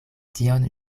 tion